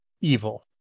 evil